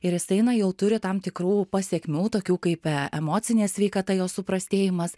ir jisai na jau turi tam tikrų pasekmių tokių kaip emocinė sveikata jos suprastėjimas